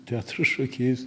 teatro šakiais